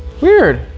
weird